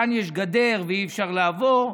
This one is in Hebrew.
כאן יש גדר ואי-אפשר לעבור.